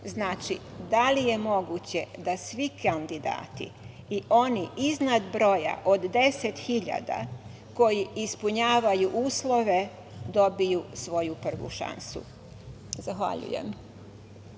Znači, da li je moguće da svi kandidati i oni iznad broja od 10 hiljada koji ispunjavaju uslove, dobiju svoju prvu šansu? Zahvaljujem.